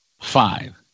Five